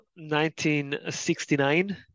1969